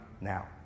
now